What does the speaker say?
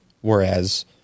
whereas